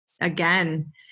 again